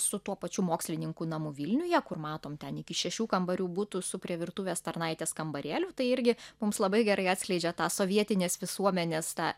su tuo pačiu mokslininkų namu vilniuje kur matom ten iki šešių kambarių butų su prie virtuvės tarnaitės kambarėliu tai irgi mums labai gerai atskleidžia tą sovietinės visuomenės tą